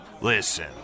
Listen